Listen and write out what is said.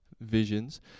visions